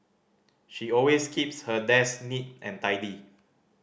she always keeps her desk neat and tidy